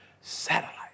Satellite